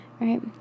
right